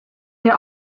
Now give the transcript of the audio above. der